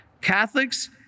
Catholics